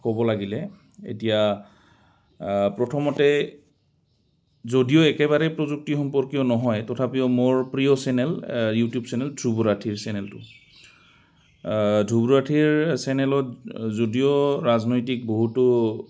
ক'ব লাগিলে এতিয়া প্ৰথমতে যদিও একেবাৰেই প্ৰযুক্তি সম্পৰ্কীয় নহয় তথাপিও মোৰ প্ৰিয় চেনেল ইউটিউব চেনেল ধ্ৰুব ৰাঠীৰ চেনেলটো ধ্ৰুব ৰাঠীৰ চেনেলত যদিও ৰাজনৈতিক বহুতো